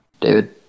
David